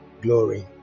glory